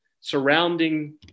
surrounding